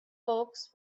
folks